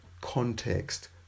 context